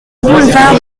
boulevard